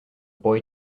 boy